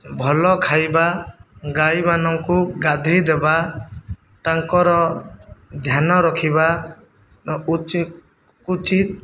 ଭଲ ଖାଇବା ଗାଈମାନଙ୍କୁ ଗାଧୋଇ ଦେବା ତାଙ୍କର ଧ୍ୟାନ ରଖିବା ଉଚିତ୍ ଉଚିତ୍